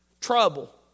trouble